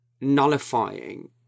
nullifying